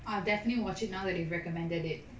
I would definitely watch it now that you recommended it